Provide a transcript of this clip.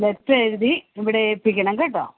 letter എഴുതി ഇവിടെ ഏൽപ്പിക്കണം കേട്ടോ